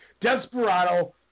Desperado